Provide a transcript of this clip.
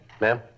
Ma'am